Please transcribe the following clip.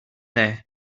there